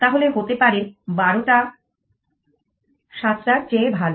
তাহলে হতে পারে 12টা 7টার চেয়ে ভাল